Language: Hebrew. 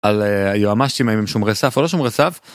על היועמ"שים האם הם שומרי סף או לא שומרי סף